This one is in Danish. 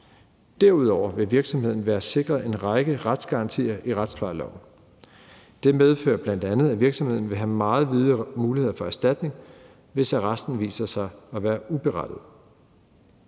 Derudover vil virksomheden været sikret en række retsgarantier i retsplejeloven. Det medfører bl.a., at virksomheden vil have meget vide muligheder for erstatning, hvis arresten viser sig at være uberettiget.